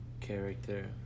Character